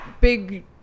big